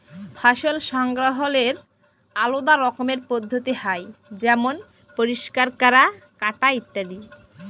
ফসল সংগ্রহলের আলেদা রকমের পদ্ধতি হ্যয় যেমল পরিষ্কার ক্যরা, কাটা ইত্যাদি